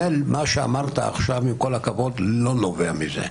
מה שאמרת עכשיו, עם כל הכבוד, לא נובע מזה.